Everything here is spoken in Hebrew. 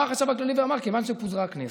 בא החשב הכללי ואמר: תראו, כיוון שפוזרה כנסת,